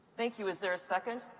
thank you. is there a second?